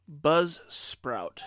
Buzzsprout